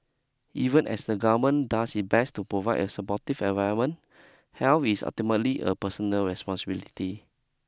even as the government does its best to provide a supportive environment health is ultimately a personal responsibility